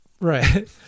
right